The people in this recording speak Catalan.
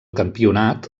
campionat